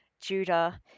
Judah